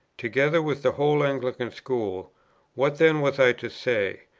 together with the whole anglican school what then was i to say,